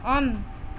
on